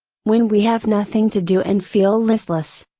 when we have nothing to do and feel listless,